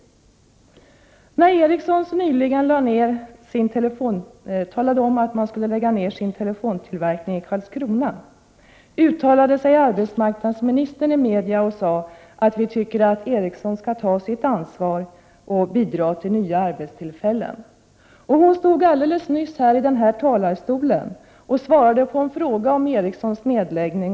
När Ericsson meddelade att det skulle lägga ner sin telefontillverkning i Karlskrona uttalade sig arbetsmarknadsministern i massmedia och sade att Ericsson skall ta sitt ansvar och bidra till nya arbetstillfällen. Arbetsmarknadsministern stod nyss här i talarstolen och svarade på en fråga om Ericssons nedläggning.